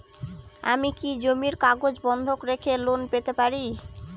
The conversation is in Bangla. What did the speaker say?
আমি কি জমির কাগজ বন্ধক রেখে লোন পেতে পারি?